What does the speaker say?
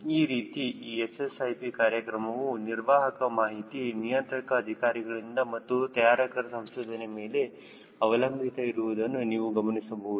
ಈ ರೀತಿ ಈ SSIP ಕಾರ್ಯಕ್ರಮವು ನಿರ್ವಾಹಕರ ಮಾಹಿತಿ ನಿಯಂತ್ರಕ ಅಧಿಕಾರಿಗಳಿಂದ ಮತ್ತು ತಯಾರಕರ ಸಂಶೋಧನೆಯ ಮೇಲೆ ಅವಲಂಬಿತ ಇರುವುದನ್ನು ನೀವು ಗಮನಿಸಬಹುದು